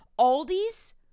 Aldi's